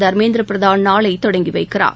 தர்மேந்திர பிரதான் நாளை தொடங்கி வைக்கிறார்